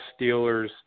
Steelers